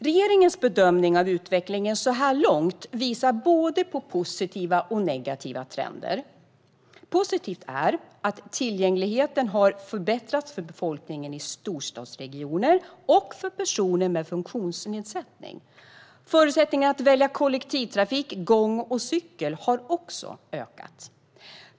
Regeringens bedömning av utvecklingen så här långt visar både på positiva och på negativa trender. Positivt är att tillgängligheten har förbättrats för befolkningen i storstadsregioner och för personer med funktionsnedsättning. Förutsättningarna att välja kollektivtrafik, gång och cykel har också ökat.